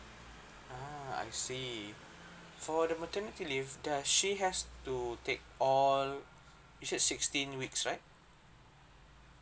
ah I see for the maternity leave does she has to take all you said sixteen weeks right